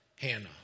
Hannah